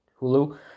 Hulu